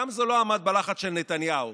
גמזו לא עמד בלחץ של נתניהו,